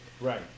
Right